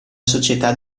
società